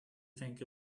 think